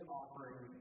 offering